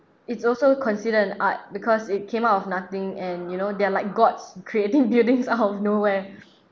it's also considered an art because it came out of nothing and you know they're like gods creating buildings out of nowhere